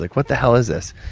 like what the hell is this?